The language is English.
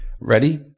ready